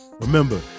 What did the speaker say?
Remember